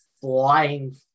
flying